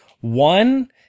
One